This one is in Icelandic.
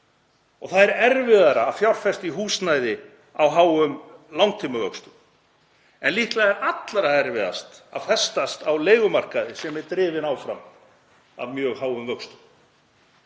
og það er erfiðara að fjárfesta í húsnæði á háum langtímavöxtum en líklega er allra erfiðast að festast á leigumarkaði sem er drifinn áfram af mjög háum vöxtum.